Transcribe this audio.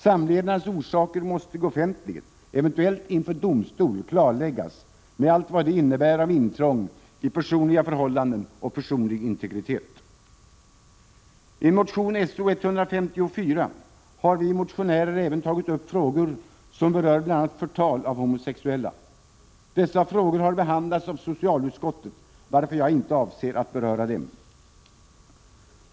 Samlevnadens orsaker måste offentligen — eventuellt inför domstol — klarläggas, med allt vad det innebär av intrång i personliga förhållanden och personlig integritet. I motion §o154 har vi motionärer även tagit upp frågor som berör bl.a. förtal av homosexuella. Dessa frågor har behandlats av socialutskottet, varför jag inte avser att beröra dem.